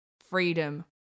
freedom